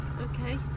Okay